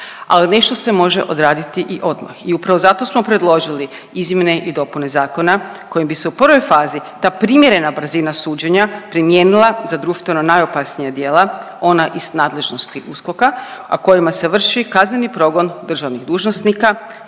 ali nešto se može odraditi i odmah i upravo zato smo predložili izmjene i dopune zakona kojim bi se u prvoj fazi ta primjerena brzina suđenja primijenila za društveno najopasnija djela, ona iz nadležnosti USKOK-a, a kojima se vrši kazneni progon državnih dužnosnika,